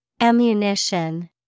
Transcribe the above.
Ammunition